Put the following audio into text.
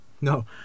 No